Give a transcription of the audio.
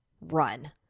Run